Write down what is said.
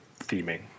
theming